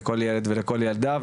לכל ילד ולכל ילדה.